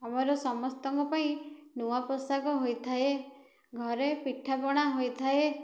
ଆମର ସମସ୍ତଙ୍କ ପାଇଁ ନୂଆ ପୋଷାକ ହୋଇଥାଏ ଘରେ ପିଠାପଣା ହୋଇଥାଏ